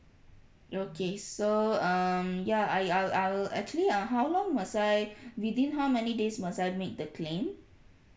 okay so um ya I I'll I'll actually uh how long must I within how many days must I make the claim